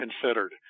considered